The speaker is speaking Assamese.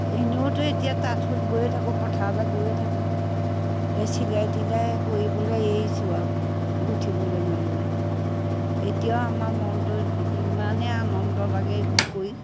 এনেওতো এতিয়া তাঁত সূত বৈয়ে থাকোঁ পথাৰলৈ গৈয়ে থাকোঁ এই চিলাই তিলাই কৰিবলৈ এৰিছোঁ আৰু গোঁঠিবলৈ মেলিবলৈ এতিয়াও আমাৰ মনটো ইমানেই আনন্দ লাগে এইবোৰ কৰি